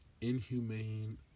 inhumane